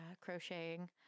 crocheting